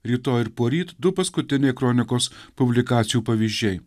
rytoj ir poryt du paskutiniai kronikos publikacijų pavyzdžiai